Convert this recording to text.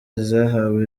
zahawe